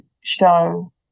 show